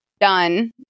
done